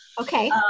Okay